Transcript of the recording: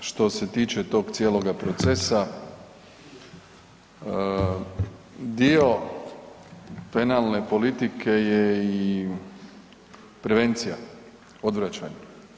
Što se tiče tog cijeloga procesa dio penalne politike je i prevencija, odvraćanje.